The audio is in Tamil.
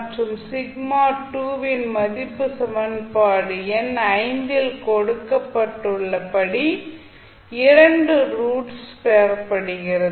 மற்றும் வின் மதிப்பு சமன்பாடு எண் இல் கொடுக்கப்பட்டுள்ள படி 2 ரூட்ஸ் பெறப்படுகிறது